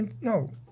no